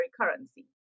currency